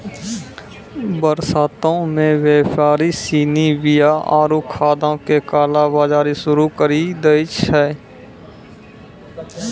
बरसातो मे व्यापारि सिनी बीया आरु खादो के काला बजारी शुरू करि दै छै